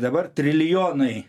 dabar trilijonai